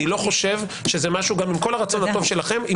עם כל הרצון הטוב שלכם,